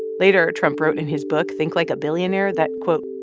later, trump wrote in his book think like a billionaire, that, quote,